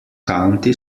county